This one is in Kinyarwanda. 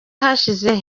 ahashize